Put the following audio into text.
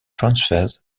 transfers